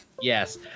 yes